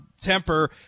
temper